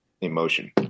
emotion